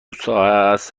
ساعت